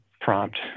prompt